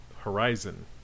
Horizon